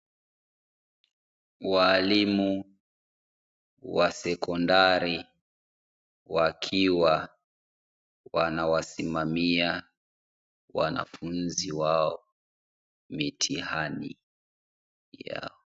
Walimu wa sekondari wakiwa wanawasimamia wanafunzi wao mitihani yao.